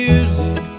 Music